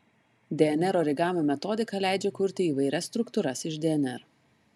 dnr origamio metodika leidžia kurti įvairias struktūras iš dnr